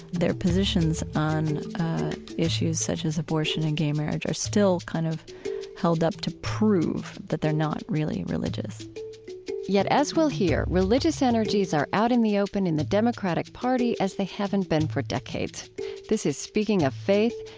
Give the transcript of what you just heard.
their positions on issues such as abortion and gay marriage are still kind of held up to prove that they're not really religious yet, as we'll hear, religious energies are out in the open in the democratic party as they haven't been for decades this is speaking of faith.